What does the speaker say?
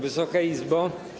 Wysoka Izbo!